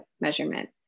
measurement